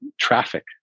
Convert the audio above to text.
traffic